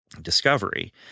discovery